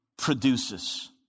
Produces